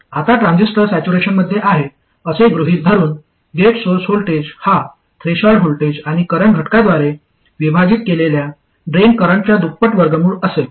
आता ट्रान्झिस्टर सॅच्युरेशनमध्ये आहे असे गृहित धरुन गेट सोर्स व्होल्टेज हा थ्रेशोल्ड व्होल्टेज आणि करंट घटकांद्वारे विभाजित केलेल्या ड्रेन करंटच्या दुप्पट वर्गमूळ असेल